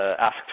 asked